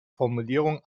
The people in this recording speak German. formulierung